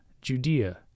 Judea